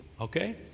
Okay